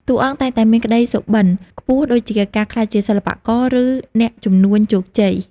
តួអង្គ តែងតែមានក្តីសុបិនខ្ពស់ ដូចជាការក្លាយជាសិល្បករ ឬអ្នកជំនួញជោគជ័យ។